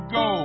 go